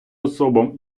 особам